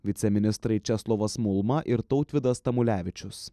viceministrai česlovas mulma ir tautvydas tamulevičius